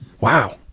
Wow